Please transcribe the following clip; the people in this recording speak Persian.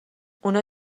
اونا